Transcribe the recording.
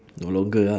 no longer lah